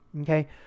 okay